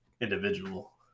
individual